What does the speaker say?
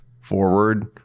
forward